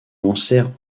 lancèrent